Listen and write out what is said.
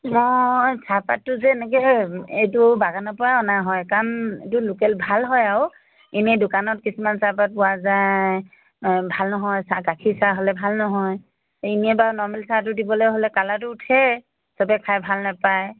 মই চাহপাতটো যে এনেকৈ এইটো বাগানৰ পৰা অনা হয় কাৰণ এইটো লোকেল ভাল হয় আৰু এনেই দোকানত কিছুমান চাহপাত পোৱা যায় ভাল নহয় চাহ গাখীৰ চাহ হ'লে ভাল নহয় এনেই বাৰু নৰ্মেল চাহটো দিবলৈ হ'লে কালাৰটো উঠে সবে খাই ভাল নাপায়